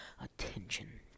attention